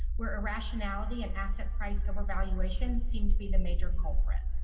were a rationality and asset price over valuation seemed to be the major culprit?